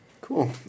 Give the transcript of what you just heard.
Cool